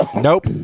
Nope